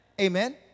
amen